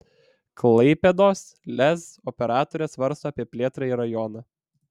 klaipėdos lez operatorė svarsto apie plėtrą į rajoną